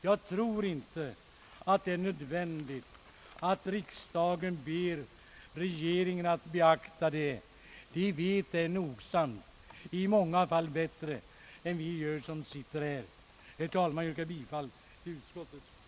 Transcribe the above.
Jag tror inte det är nödvändigt att riksdagen ber regeringen att beakta detta — den vet nogsamt om svårigheterna, i många fall bättre än vi som sitter här. Herr talman! Jag yrkar bifall till utskottets förslag.